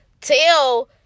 tell